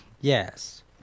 Yes